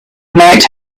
might